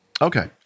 Okay